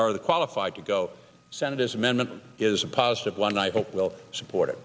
are the qualified to go senators amendment is a positive one i hope will support